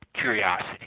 curiosity